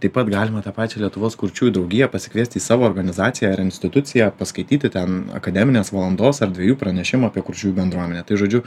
taip pat galima tą pačią lietuvos kurčiųjų draugiją pasikviest į savo organizaciją ar instituciją paskaityti ten akademinės valandos ar dviejų pranešimų apie kurčiųjų bendruomenę tai žodžiu